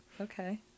okay